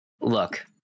Look